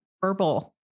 verbal